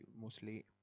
mostly